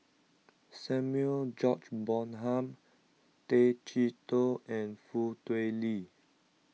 Samuel George Bonham Tay Chee Toh and Foo Tui Liew